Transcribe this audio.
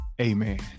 amen